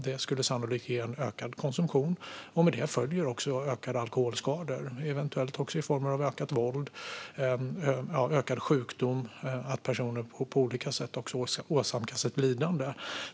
Det skulle sannolikt ge en ökad konsumtion med ökade alkoholskador som följd, personer som på olika sätt åsamkas ett lidande i form av ökat våld och ökad sjukdom.